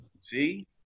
See